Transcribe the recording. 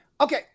Okay